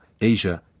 Asia